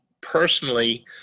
personally